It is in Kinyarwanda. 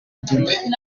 dube